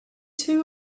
two